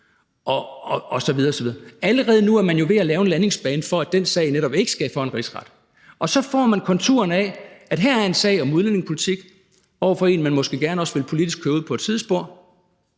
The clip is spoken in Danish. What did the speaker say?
osv. – nu er ved at lave en landingsbane for, at den sag netop ikke skal for en rigsret. Og så tegner der sig altså konturerne af, at der her er en sag om udlændingepolitik over for en, man måske også gerne politisk vil køre ud på et sidespor,